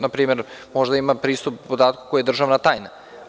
Na primer, može da ima pristup podatku koji je državna tajna.